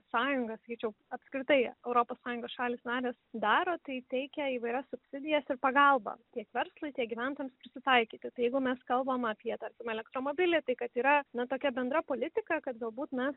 sąjunga sakyčiau apskritai europos sąjungos šalys narės daro tai teikia įvairias subsidijas ir pagalbą tiek verslui tiek gyventojams prisitaikyti jeigu mes kalbam apie tarkim elektromobilį tai kad yra ne tokia bendra politika kad galbūt mes